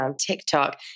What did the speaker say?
TikTok